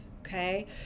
okay